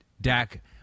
Dak –